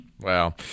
wow